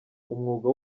umwuga